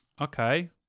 Okay